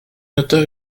notaire